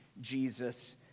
Jesus